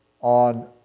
on